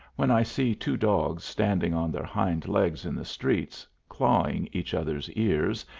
when i see two dogs standing on their hind legs in the streets, clawing each other's ears,